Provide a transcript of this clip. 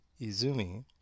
Izumi